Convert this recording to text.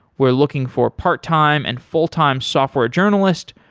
we're looking for part time and full-time software journalist.